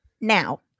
Now